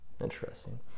interesting